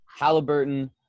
Halliburton